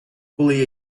коли